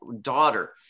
daughter